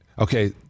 Okay